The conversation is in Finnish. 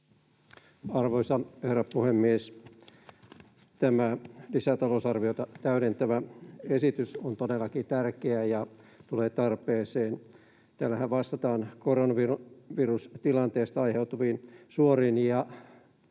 Arvoisa herra puhemies! Tämä lisätalousarviota täydentävä esitys on todellakin tärkeä ja tulee tarpeeseen. Tällähän vastataan koronavirustilanteesta aiheutuviin suoriin ja